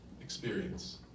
experience